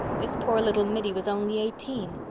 this poor little middy was only eighteen.